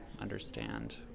understand